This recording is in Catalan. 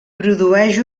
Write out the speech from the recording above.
produeix